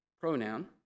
pronoun